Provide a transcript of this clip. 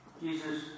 Jesus